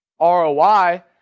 ROI